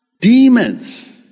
Demons